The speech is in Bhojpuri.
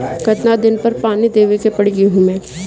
कितना दिन पर पानी देवे के पड़ी गहु में?